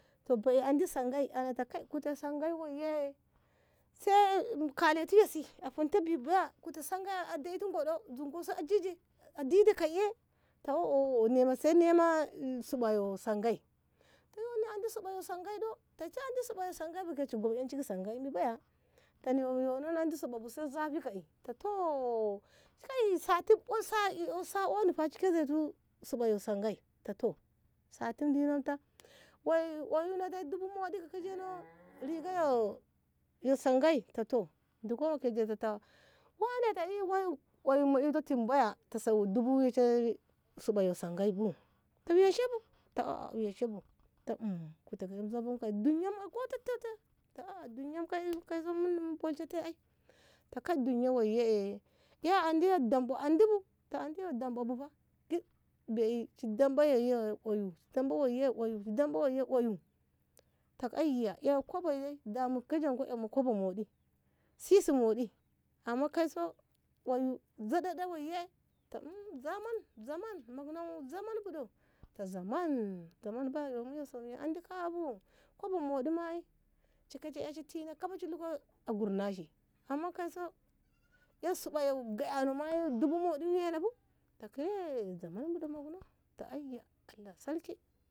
ta bei andi sange ana ta kai kute sange woiye sai kaleti yesi a hinte bi baya kute sangai a daiti ngo ɗo zuk ngo kaba a dide a dide kaiye ta oh oh nema sai nema suba yo sange toh yono andi suba yo sange ɗo ta shi andi suba sange buke shi gom ƙanshi ki sangai mi baya ta yono an suɓabu sai zafi ka'i ta toh kai sati shi oni sako ni fa shi keje tu suba yo sange ta toh sati dino ta woi oyuno dai dubu mohdi ko kejeno riga sange ta toh diko kajeto ta wane ta i oyun ma ta ito tim baya ta so dubui andi suba sange bu ka washe bu a a washe bu ta kute duniya ma ago tiya ka'a ta a duniya kaiso mu bolshe te ai ta kai duniya woiye ya andi yo dambu bu andi bu ta andi yo dambu fa shi damɓa woi oyu shi damɓa woiye oyu ta aiya ei kobo e ka mu kejanko ƙa mu kobo mohdi sisi mohdi amma kaiso oyu ziɗiɗi woi ye ta daman zaman zaman mokno zaman bu ɗo ta zam zaman bu yomu yo som ka. a kobo mohdi ko keja ƙka tina kaba na kaba shi luka a gurnafi amma kaiso ei suba yo gaƙa no ma dubu mohdi in wena bu ta ehh zaman budu mokno ta aiya allah sarki.